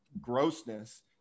grossness